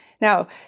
Now